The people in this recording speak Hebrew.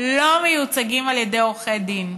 לא מיוצגים על ידי עורכי דין,